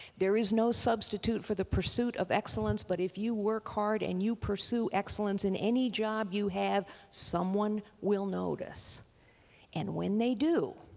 there is no substitute for the pursuit of excellence, but if you work hard and you pursue excellence in any job you have, someone will notice and when they do,